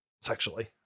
Sexually